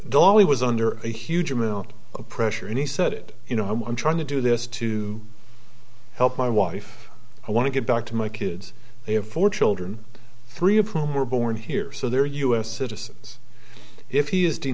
dollie was under a huge amount of pressure and he said it you know i'm trying to do this to help my wife i want to get back to my kids they have four children three of whom were born here so they're u s citizens if he is de